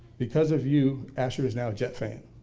because of you, asher is now jett fan.